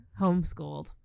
homeschooled